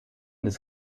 des